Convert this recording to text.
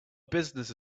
business